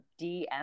DM